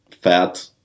fat